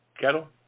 Kettle